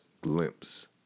glimpse